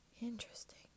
Interesting